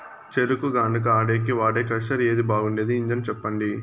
చెరుకు గానుగ ఆడేకి వాడే క్రషర్ ఏది బాగుండేది ఇంజను చెప్పండి?